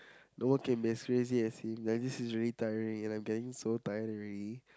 no one can be as crazy as him and this is really tiring and I'm getting so tired already